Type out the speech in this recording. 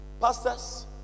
pastors